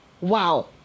wow